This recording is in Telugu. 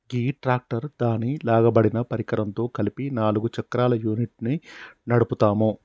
గీ ట్రాక్టర్ దాని లాగబడిన పరికరంతో కలిపి నాలుగు చక్రాల యూనిట్ను నడుపుతాము